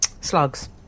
slugs